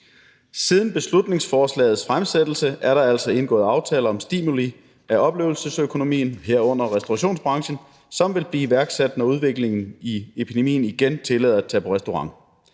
Siden beslutningsforslagets fremsættelse er der altså indgået aftale om stimuli af oplevelsesøkonomien, herunder restaurationsbranchen, som vil blive iværksat, når udviklingen i epidemien igen tillader at tage på restaurant.